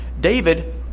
David